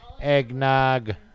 Eggnog